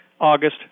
August